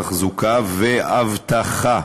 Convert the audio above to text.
תחזוקה ואבטחה,